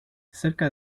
cerca